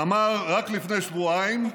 אמר רק לפני שבועיים: